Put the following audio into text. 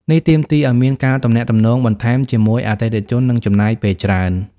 នេះទាមទារឱ្យមានការទំនាក់ទំនងបន្ថែមជាមួយអតិថិជន និងចំណាយពេលច្រើន។